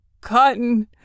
cotton